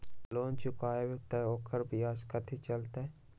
Loan चुकबई त ओकर ब्याज कथि चलतई?